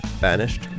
Banished